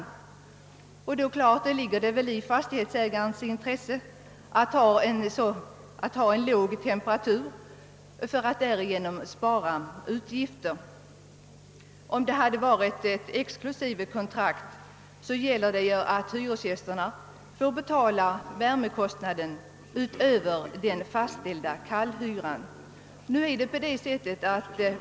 Då ligger det naturligtvis i fastighetsägarens intresse att hålla en låg temperatur för att därigenom spara på utgifterna. Med ett exklusivekontrakt får hyresgästerna betala värmekostnaden utöver den fastställda kallhyran.